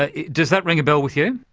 ah does that ring a bell with you?